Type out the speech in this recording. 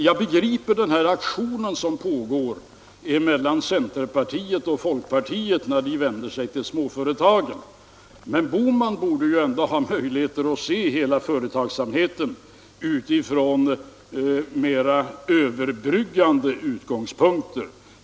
Jag begriper den här aktionen som pågår inom centern och folkpartiet när de vänder sig till småföretagen, men herr Bohman borde ju ändå ha möjligheter att se hela företagsamheten med mera överbryggande utgångspunkter.